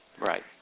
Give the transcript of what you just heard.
Right